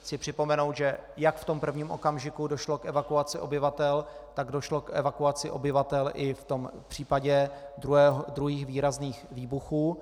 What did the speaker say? Chci připomenout, že jak v prvním okamžiku došlo k evakuaci obyvatel, tak došlo k evakuaci obyvatel i v případě druhých výrazných výbuchů.